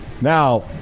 Now